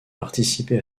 participé